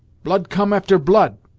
blood come after blood!